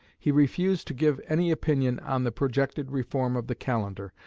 he refused to give any opinion on the projected reform of the calendar,